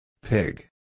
Pig